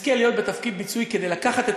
שנזכה להיות בתפקיד ביצועי כדי לקחת את